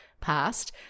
past